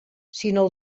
sinó